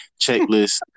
checklist